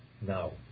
Now